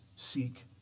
Seek